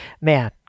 man